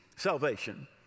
salvation